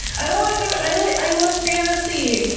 i don't like sci-fi. i like i love fantasy.